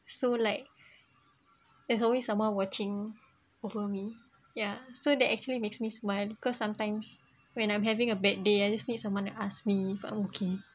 so like there's always someone watching over me ya so that actually makes me smile because sometimes when I'm having a bad day I just need someone to ask me if I'm okay